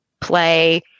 play